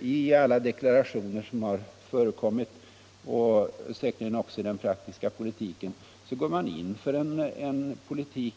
I alla deklarationer som förekommit, och säkerligen också i den praktiska verksamheten, går man in för en politik